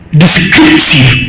descriptive